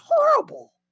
horrible